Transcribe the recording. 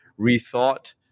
rethought